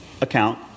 account